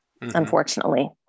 unfortunately